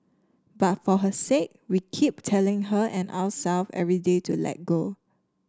but for her sake we keep telling her and ourself every day to let go